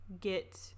get